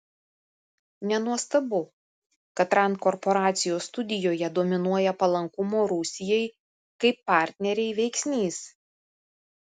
nenuostabu kad rand korporacijos studijoje dominuoja palankumo rusijai kaip partnerei veiksnys